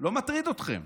לא מטריד אתכם.